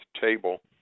table